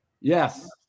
Yes